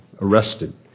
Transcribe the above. arrested